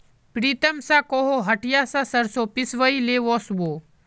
प्रीतम स कोहो हटिया स सरसों पिसवइ ले वस बो